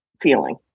feeling